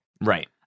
Right